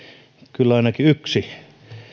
kyllä ainakin yksi